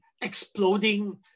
exploding